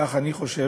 כך אני חושב